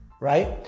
right